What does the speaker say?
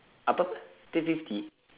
apa apa apa three fifty